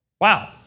Wow